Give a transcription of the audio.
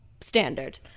standard